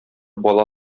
бала